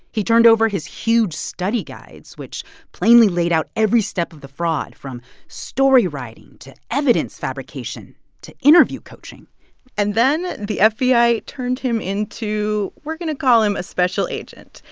he turned over his huge study guides, which plainly laid out every step of the fraud from story writing to evidence fabrication to interview coaching and then the ah fbi turned him into we're going to call him a special agent.